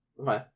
Okay